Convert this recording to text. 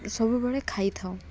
ସବୁବେଳେ ଖାଇଥାଉ